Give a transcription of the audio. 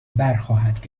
برخواهد